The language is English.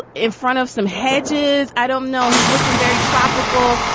in front of some hedges i don't know. he's looking very tropical.